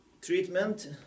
treatment